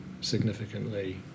significantly